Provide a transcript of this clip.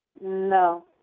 No